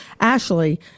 Ashley